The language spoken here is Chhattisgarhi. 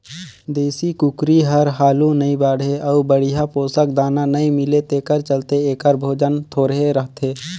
देसी कुकरी हर हालु नइ बाढ़े अउ बड़िहा पोसक दाना नइ मिले तेखर चलते एखर ओजन थोरहें रहथे